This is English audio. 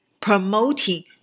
promoting